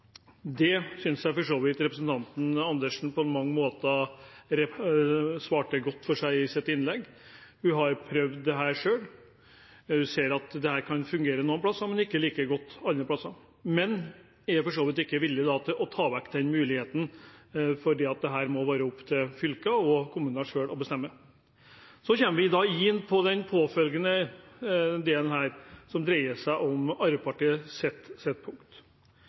Det synes jeg at representanten Andersen på mange måter svarte godt for i sitt innlegg. Hun har prøvd dette selv og ser at det kan fungere noen plasser, men ikke like godt over alt. Men hun er for så vidt ikke villig til å ta vekk muligheten, fordi dette må det være opp til fylkene og kommunene å bestemme selv. Så kommer vi inn på den påfølgende delen som dreier seg om